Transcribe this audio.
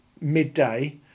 midday